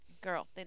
Girl